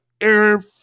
Aaron